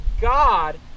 God